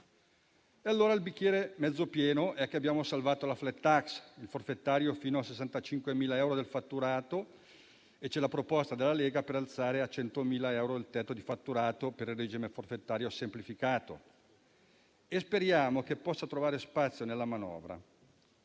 Allora, il bicchiere mezzo pieno è che abbiamo salvato la *flat tax*, il forfettario fino a 65.000 euro del fatturato e c'è la proposta della Lega per alzare a 100.000 euro il tetto di fatturato per il regime forfettario semplificato. Speriamo che questa misura possa trovare spazio nella manovra.